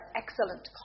excellent